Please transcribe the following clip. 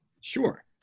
Sure